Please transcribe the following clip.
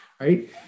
Right